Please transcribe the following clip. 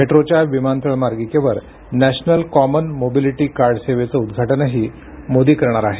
मेट्रोच्या विमानतळ मार्गिकेवर नॅशनल कॉमन मोबिलिटी कार्ड सेवेचं उद्घाटनही मोदी करणार आहेत